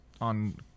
on